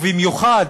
במיוחד,